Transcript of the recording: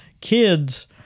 kids